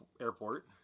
airport